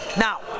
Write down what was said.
Now